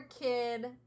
kid